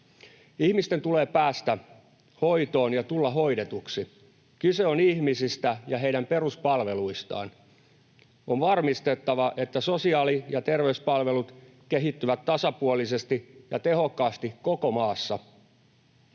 Ihmisten tulee päästä hoitoon ja tulla hoidetuiksi. Kyse on ihmisistä ja heidän peruspalveluistaan. On varmistettava, että sosiaali- ja terveyspalvelut kehittyvät tasapuolisesti ja tehokkaasti koko maassa.